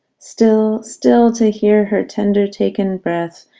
still, still to hear her tender-taken breath,